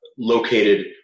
located